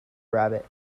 rabbit